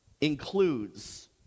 includes